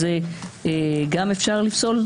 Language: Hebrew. גם אפשר לפסול?